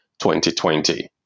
2020